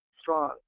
strong